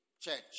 Church